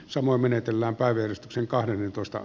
samoin menetellään päivystyksen kahdennentoista